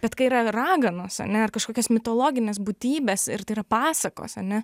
bet kai yra raganos ane ar kažkokios mitologinės būtybės ir tai yra pasakos ane